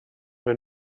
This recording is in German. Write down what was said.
wenn